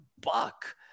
buck